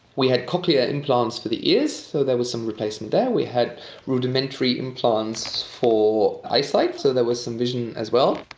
we had cochlear implants for the ears, so there was some replacement there. we had rudimentary implants for eyesight, so there was some vision as well.